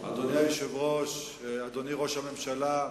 אדוני היושב-ראש, אדוני ראש הממשלה,